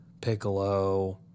Piccolo